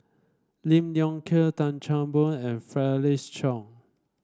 Lim Leong Geok Tan Chan Boon and Felix Cheong